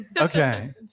Okay